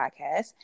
podcast